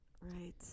Right